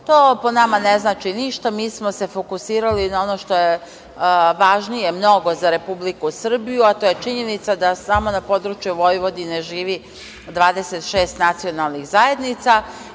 To, po nama, ne znači ništa. Mi smo se fokusirali na ono što je mnogo važnije za Republiku Srbiju, a to je činjenica da samo na području Vojvodine žive 26 nacionalnih zajednica